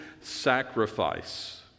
sacrifice